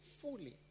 fully